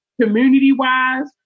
community-wise